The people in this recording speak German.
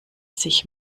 sich